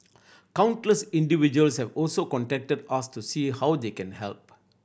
countless individuals have also contacted us to see how they can help